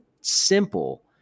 simple